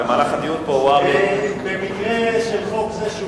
במהלך הדיון פה במקרה של חוק זה,